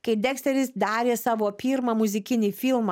kai deksteris darė savo pirmą muzikinį filmą